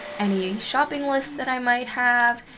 any shopping lists that i might have,